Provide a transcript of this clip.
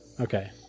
Okay